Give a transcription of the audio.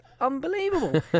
unbelievable